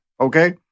Okay